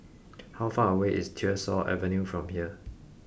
how far away is Tyersall Avenue from here